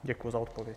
Děkuji za odpověď.